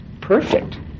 perfect